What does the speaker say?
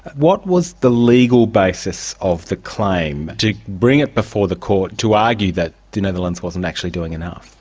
what was the legal basis of the claim, to bring it before the court, to argue that the netherlands wasn't actually doing enough?